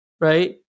Right